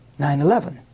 9-11